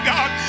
God